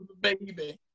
baby